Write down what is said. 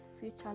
future